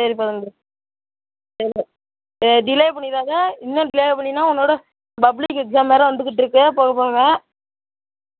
சரிப்பா தம்பி சரி டிலே பண்ணிவிடாத இன்னும் டிலே பண்ணின்னா உன்னோட பப்ளிக் எக்ஸாம் வேறு வந்துக்கிட்டுருக்கு போக போக